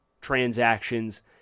transactions